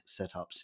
setups